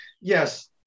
Yes